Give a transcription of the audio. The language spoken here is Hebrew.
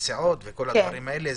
הנסיעות וכל הדברים האלה.